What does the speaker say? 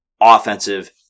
offensive